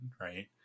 right